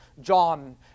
John